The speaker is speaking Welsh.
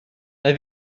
nai